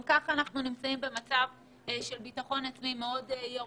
גם כך אני נמצאת עם ביטחון עצמי מאוד ירוד.